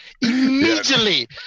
immediately